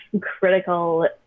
critical